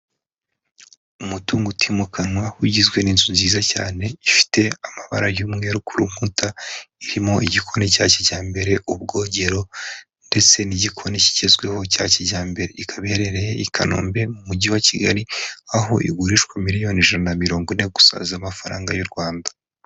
Umutungo utimukanwa ugizwe n'inzu nziza cyane ifite amabara y'umweru ku nkuta, irimo igikombe cya kijyambere, ubwogero ndetse n'igikoni kigezweho cya kijyambere, ikaba iherereye i Kanombe mu mugi wa kigali aho igurishwa miliyoni ijana na mirongo ine gusa za amafaranga y'u Rwanda